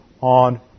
on